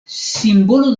simbolo